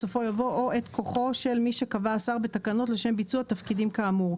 בסופו יבוא "או את כוחו של מי שקבע השר בתקנות לשם ביצוע תפקידים כאמור"